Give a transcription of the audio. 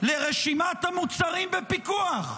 לרשימת המוצרים בפיקוח.